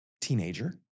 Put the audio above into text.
teenager